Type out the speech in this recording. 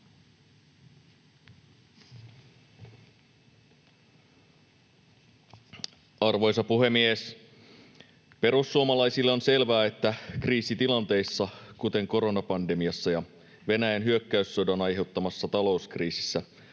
Arvoisa puhemies! Perussuomalaisille on selvää, että kriisitilanteissa, kuten koronapandemiassa ja Venäjän hyökkäyssodan aiheuttamassa talouskriisissä,